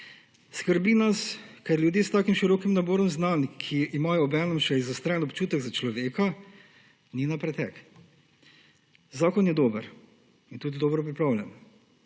Skrbi nas, ker ljudi s tako širokim naborom znanj, ki imajo obenem še izostren občutek za človeka, ni na pretek. Zakon je dober in tudi dobro pripravljen